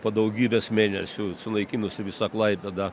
po daugybės mėnesių sunaikinusi visą klaipėdą